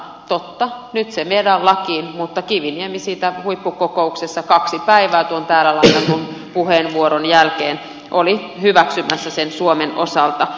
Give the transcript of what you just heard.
totta nyt se viedään lakiin mutta kiviniemi huippukokouksessa kaksi päivää tuon täällä lainatun puheenvuoron jälkeen oli hyväksymässä sen suomen osalta